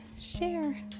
share